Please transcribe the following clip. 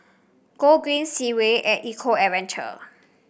Gogreen Segway at Eco Adventure